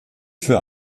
für